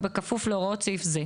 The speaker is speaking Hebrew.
ובכפוף להוראות סעיף זה.